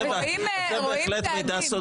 רואים צעדים.